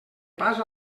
pas